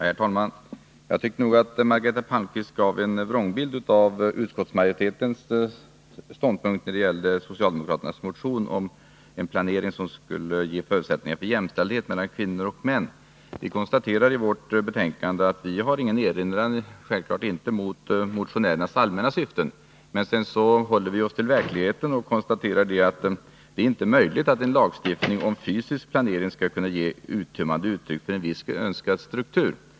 Herr talman! Jag tycker att Margareta Palmqvist gav en vrång bild av utskottsmajoritetens ståndpunkt när det gäller socialdemokraternas motion om en planering som skulle ge förutsättningar för jämställdhet mellan kvinnor och män. Vi konstaterar i betänkandet att vi inte har någon erinran mot motionärernas allmänna syften. Men sedan håller vi oss till verkligheten och konstaterar, att det inte är möjligt att i en lagstiftning om fysisk planering ge uttryck för en viss önskad struktur.